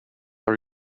are